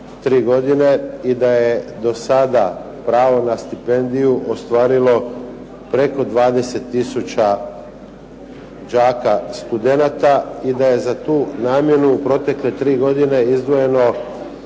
i da je do sada pravo na stipendiju ostvarilo preko 20 tisuća đaka studenata i da je za tu namjenu protekle tri godine izdvojeno